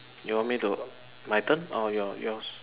you want me to my turn or your yours